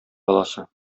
баласы